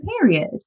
period